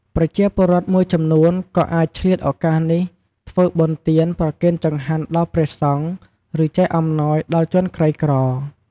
ប្រជាពលរដ្ឋមួយចំនួនក៏អាចឆ្លៀតឱកាសនេះធ្វើបុណ្យទាន ប្រគេនចង្ហាន់ដល់ព្រះសង្ឃ ឬចែកអំណោយដល់ជនក្រីក្រ។